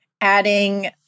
adding